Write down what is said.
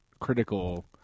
critical